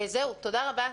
תודה רבה.